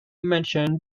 mentioned